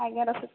ଆଜ୍ଞା ରଖୁଛି